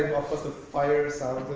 the fire sounds.